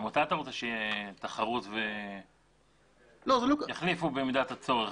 גם אתה רוצה שתהיה תחרות ויחליפו במידת הצורך,